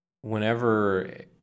whenever